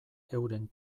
euren